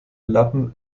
lappen